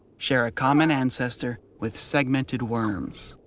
share a common ancestor with segmented worms.